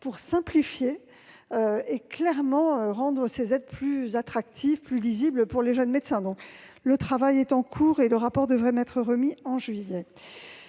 une simplification et rendre ces aides plus attractives et plus lisibles pour les jeunes médecins. Ce travail est en cours et devrait m'être remis en juillet